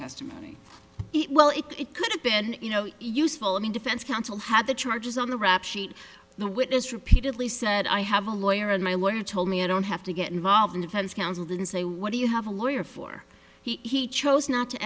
testimony well it could have been you know useful i mean defense counsel had the charges on the rap sheet the witness repeatedly said i have a lawyer and my lawyer told me i don't have to get involved in defense counsel didn't say what do you have a lawyer for he chose not to